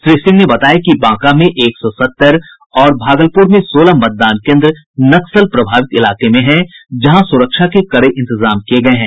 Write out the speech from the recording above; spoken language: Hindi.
श्री सिंह ने बताया कि बांका में एक सौ सत्तर और भागलपुर में सोलह मतदान केन्द्र नक्सल प्रभावित इलाके में हैं जहां सुरक्षा के कड़े इंतजाम किये गये हैं